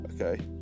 Okay